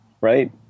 right